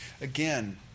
again